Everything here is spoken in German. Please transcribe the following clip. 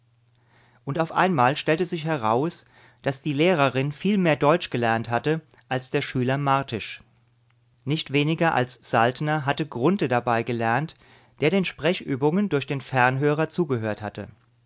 und auf einmal stellte sich heraus daß die lehrerin viel mehr deutsch gelernt hatte als der schüler martisch nicht weniger als saltner hatte grunthe dabei gelernt der den sprechübungen durch den fernhörer zugehört hatte